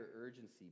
urgency